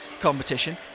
competition